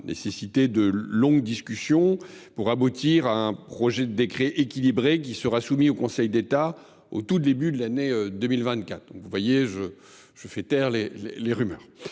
nécessité de longues discussions pour aboutir à un projet de décret équilibré qui sera soumis au Conseil d’État au tout début de l’année 2024. Vous voyez que je fais taire les rumeurs